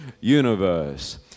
universe